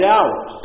out